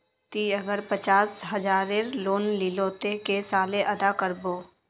ती अगर पचास हजारेर लोन लिलो ते कै साले अदा कर बो?